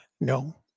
no